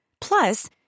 Plus